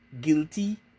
guilty